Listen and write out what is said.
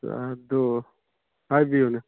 ꯑꯥ ꯑꯗꯨ ꯍꯥꯏꯕꯤꯌꯨꯅꯦ